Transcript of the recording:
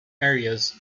areas